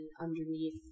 underneath